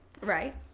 Right